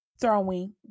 throwing